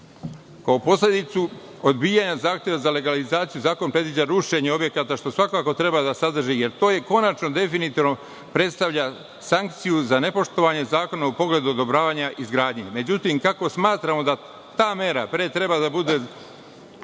Kao posledicu odbijanje zahteva za legalizaciju zakon predviđa rušenje objekata, što svakako treba da sadrži, jer to konačno i definitivno predstavlja sankciju za nepoštovanje zakona u pogledu odobravanje izgradnje.Međutim, kako smatramo da ta mera pre treba da bude